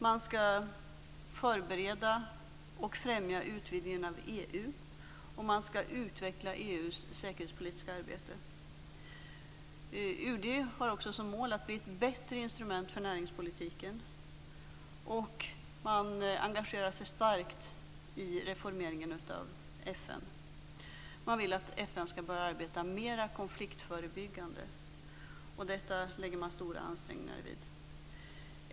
Man skall förbereda och främja utvidgningen av EU, och man skall utveckla EU:s säkerhetspolitiska arbete. UD har också som mål att bli ett bättre instrument för näringspolitiken. Man engagerar sig starkt i reformeringen av FN. Man vill att FN skall börja arbeta mer konfliktförebyggande. Detta lägger man stora ansträngningar vid.